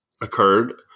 occurred